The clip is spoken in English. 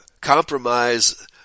compromise